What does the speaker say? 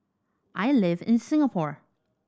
I live in Singapore